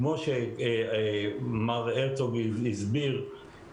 כמו שמר הרצוג הסביר,